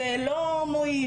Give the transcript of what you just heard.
זה לא מועיל,